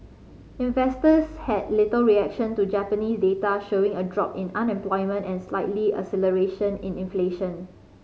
investors had little reaction to Japanese data showing a drop in unemployment and slightly acceleration in inflation